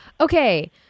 Okay